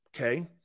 okay